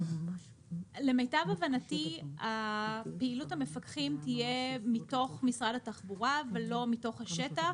למיטב הבנתי פעילות המפקחים תהיה מתוך משרד התחבורה ולא מתוך השטח